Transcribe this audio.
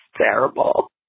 terrible